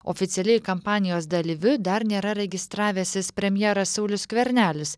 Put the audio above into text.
oficialiai kampanijos dalyviu dar nėra registravęsis premjeras saulius skvernelis